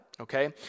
okay